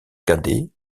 cadet